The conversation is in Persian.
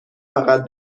فقط